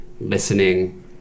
listening